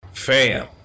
fam